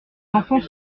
enfants